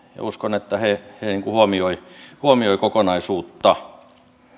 ja uskon että he huomioivat kokonaisuutta